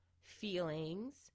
feelings